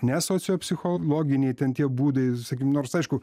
ne sociopsichologiniai ten tie būdai sakykim nors aišku